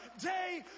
day